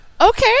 Okay